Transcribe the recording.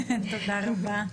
תודה רבה.